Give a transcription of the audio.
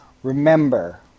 Remember